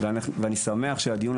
אם היו יושבות שם 50%